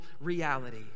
reality